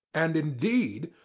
and, indeed,